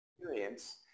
experience